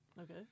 Okay